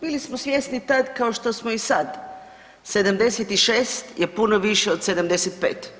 Bili smo svjesni tad kao što smo i sad, 76 je puno više od 75.